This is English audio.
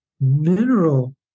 mineral